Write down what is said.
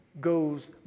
goes